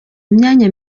imyanya